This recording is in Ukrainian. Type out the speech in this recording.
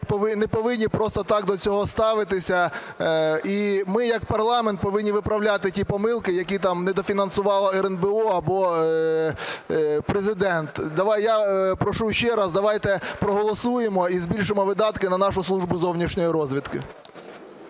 не повинні просто так до цього ставитися. І ми як парламент повинні виправляти ті помилки, які там недофінансувала РНБО або Президент. Я прошу ще раз: давайте проголосуємо і збільшимо видатки на нашу Службу зовнішньої розвідки.